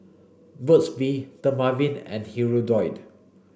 Burt's bee Dermaveen and Hirudoid